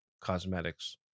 cosmetics